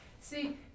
see